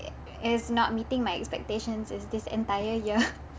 is not meeting my expectations is this entire year